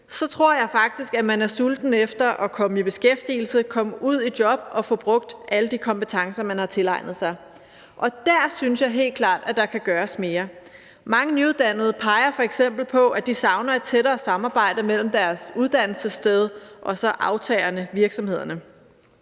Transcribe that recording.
tror jeg faktisk, at man er sulten efter at komme i beskæftigelse, komme ud i job og få brugt alle de kompetencer, man har tilegnet sig. Der synes jeg helt klart, at der kan gøres mere. Mange nyuddannede peger f.eks. på, at de savner et tættere samarbejde mellem deres uddannelsessted og så aftagerne, altså virksomhederne.